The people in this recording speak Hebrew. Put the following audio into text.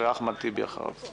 ואחמד טיבי אחר כך.